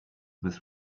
with